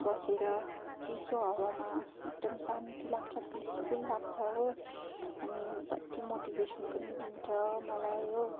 बसेर चिसो हावामा एकदम शान्ति लाग्छ पिसफुल लाग्छ हो अनि कत्ति मोटिभेसन पनि दिन्छ मलाई हो